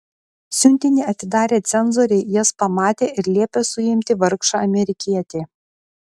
siuntinį atidarę cenzoriai jas pamatė ir liepė suimti vargšą amerikietį